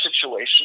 situation